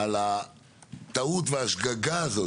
על הטעות והשגגה הזאת.